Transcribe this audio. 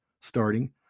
starting